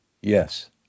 Yes